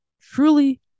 truly